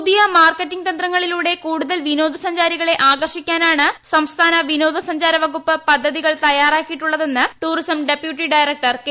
പുതിയ മാർക്കറ്റിങ് തന്ത്രങ്ങളിലൂടെ കൂടുതൽ വിനോദസഞ്ചാരികളെ ആകർഷിക്കാനാണ് സംസ്ഥാന വിനോദസഞ്ചാരവകുപ്പ് പദ്ധതികൾ തയ്യാറാക്കിയിട്ടുള്ളതെന്ന് ടൂറിസം ഡെപ്യൂട്ടി ഡയറക്ടർ കെ